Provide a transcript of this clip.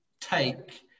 take